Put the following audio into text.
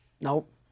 Nope